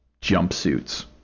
jumpsuits